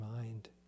mind